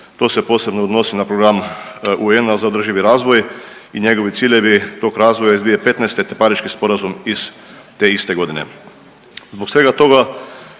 to se posebno odnosi na Program UN-a za održivi razvoj i njegovi ciljevi tog razvoja iz 2015. te Pariški sporazum iz te iste godine. Zbog svega toga